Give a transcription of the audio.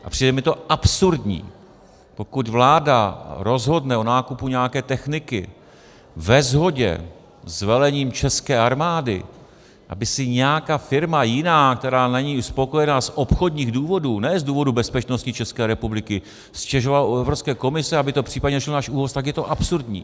A přijde mi to absurdní, pokud vláda rozhodne o nákupu nějaké techniky ve shodě s velením české armády, aby si nějaká firma jiná, která není spokojena z obchodních důvodů, ne z důvodu bezpečnosti České republiky, stěžovala u Evropské komise a aby to případně řešil náš ÚOHS, tak je to absurdní.